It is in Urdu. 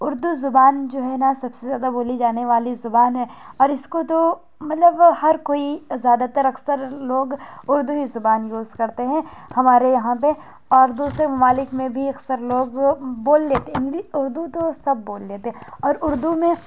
اردو زبان جو ہے نا سب سے زیادو بولی جانے والی زبان ہے اور اس کو تو مطلب ہر کوئی زیادہ تر اکثر لوگ اردو ہی زبان یوز کرتے ہیں ہمارے یہاں پہ اور دوسرے ممالک میں بھی اکثر لوگ بول لیتے ہیں ہندی اردو تو سب بول لیتے ہیں اور اردو میں